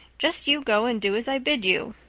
just you go and do as i bid you.